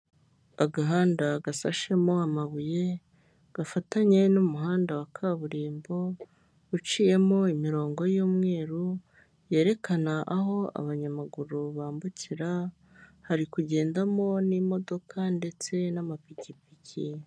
Agahanda gasashemo amabuye, gafatanye n'umuhanda wa kaburimbo, uciyemo imirongo y'umweru, yerekana aho abanyamaguru bambukira hari kugendamo n'imodoka ndetse n'amapikipiki.